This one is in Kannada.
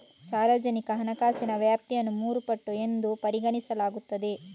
ಸಾರ್ವಜನಿಕ ಹಣಕಾಸಿನ ವ್ಯಾಪ್ತಿಯನ್ನು ಮೂರು ಪಟ್ಟು ಎಂದು ಪರಿಗಣಿಸಲಾಗುತ್ತದೆ